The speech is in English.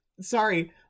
sorry